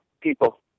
people